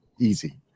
Easy